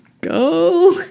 go